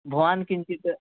भवान् किञ्चित्